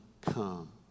come